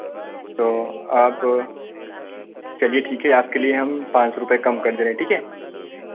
तो आप चलिये ठीक है आपके लिए हम पाँच सौ रुपये कम कर दे रहे हैं ठीक है